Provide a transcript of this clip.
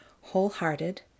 Wholehearted